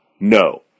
no